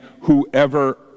whoever